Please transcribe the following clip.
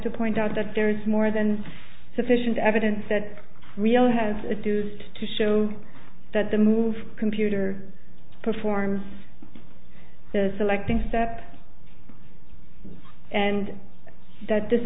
to point out that there is more than sufficient evidence that we'll have a deuced to show that the move computer performs the selecting step and that this